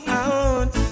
out